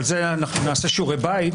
אבל נעשה על זה שיעורי בית,